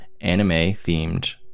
anime-themed